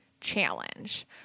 challenge